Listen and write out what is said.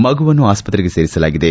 ಮಗುವನ್ನು ಆಸ್ಪತ್ರೆಗೆ ಸೇರಿಸಲಾಗಿದೆ